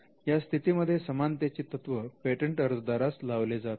या स्थितीमध्ये समानतेचे तत्व पेटंट अर्जदारास लावले जात नाही